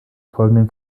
folgenden